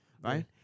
right